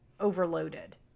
overloaded